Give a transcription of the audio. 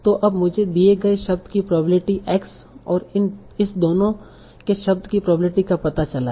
तो अब मुझे दिए गए शब्द की प्रोबेब्लिटी x और इस दोनों के शब्द की प्रोबेब्लिटी का पता चला है